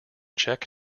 czech